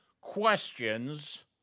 questions